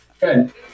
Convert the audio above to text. Good